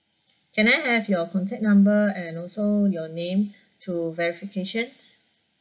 can I have your contact number and also your name to verification